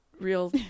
real